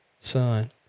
son